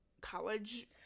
college